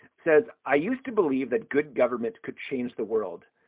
says, i used to believe that good government could change the world.